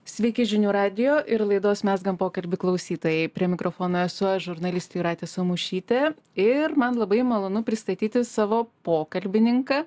sveiki žinių radijo ir laidos mezgam pokalbį klausytojai prie mikrofono esu aš žurnalistė jūratė samušytė ir man labai malonu pristatyti savo pokalbininką